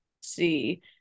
see